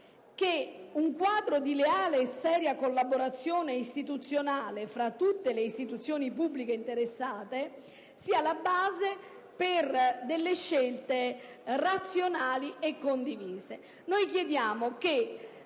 che un quadro di leale e seria collaborazione fra tutte le istituzioni pubbliche interessate sia la base per delle scelte razionali e condivise.